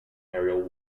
aerial